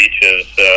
beaches